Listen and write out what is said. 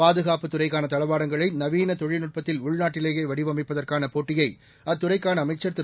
பாதுகாப்புத் துறைக்கான தளவாடங்களை நவீன தொழில்நுட்பத்தில் உள்நாட்டிலேயே வடிவமைப்பதற்கான போட்டியை அத்துறைக்கான அமைச்சர் திரு